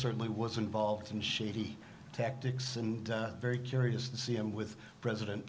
certainly was involved in shady tactics and very curious to see him with president